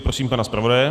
Prosím pana zpravodaje.